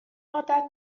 عادت